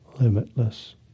limitless